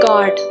God